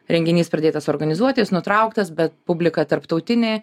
renginys pradėtas organizuoti jis nutrauktas bet publika tarptautinė